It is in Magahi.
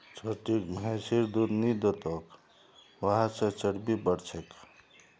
छोटिक भैंसिर दूध नी दी तोक वहा से चर्बी बढ़ छेक